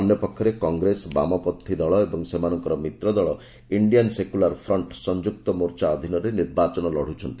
ଅନ୍ୟ ପକ୍ଷରେ କଂଗ୍ରେସ ବାମପନ୍ନୀ ଦଳ ଓ ସେମାନଙ୍କର ମିତ୍ ଦଳ ଇଣ୍ଡିଆନ୍ ସେକୁଲାର୍ ଫ୍ରଣ୍ଟ୍ ସଂଯୁକ୍ତ ମୋର୍ଚ୍ଚା ଅଧୀନରେ ନିର୍ବାଚନ ଲଢୁଛନ୍ତି